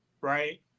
right